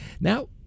Now